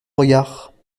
regards